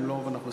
אם לא, נסכם.